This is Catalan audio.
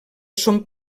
són